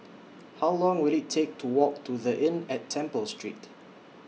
How Long Will IT Take to Walk to The Inn At Temple Street